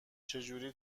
چجوری